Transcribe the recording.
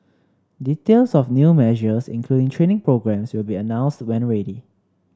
details of new measures including training programmes will be announced when ready